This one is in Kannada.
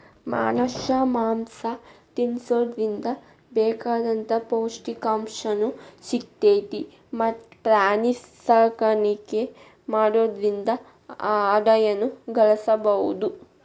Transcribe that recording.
ಮನಷ್ಯಾ ಮಾಂಸ ತಿನ್ನೋದ್ರಿಂದ ಬೇಕಾದಂತ ಪೌಷ್ಟಿಕಾಂಶನು ಸಿಗ್ತೇತಿ ಮತ್ತ್ ಪ್ರಾಣಿಸಾಕಾಣಿಕೆ ಮಾಡೋದ್ರಿಂದ ಆದಾಯನು ಗಳಸಬಹುದು